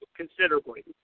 considerably